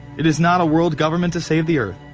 it is not a world government to save the earth.